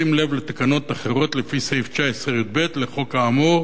בשים לב לתקנות אחרות, לפי סעיף 19יב לחוק האמור,